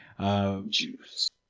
Juice